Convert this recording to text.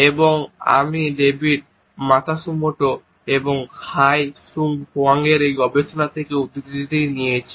এবং আমি David Matsumoto এবং হাই সুং হোয়াংয়ের এই গবেষণা থেকে উদ্ধৃতি দিয়েছি